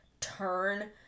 turn